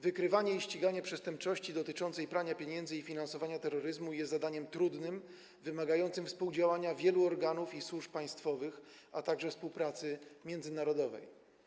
Wykrywanie i ściganie przestępczości dotyczącej prania pieniędzy i finansowania terroryzmu jest zadaniem trudnym i wymagającym współdziałania wielu organów i służb państwowych, a także współpracy międzynarodowej.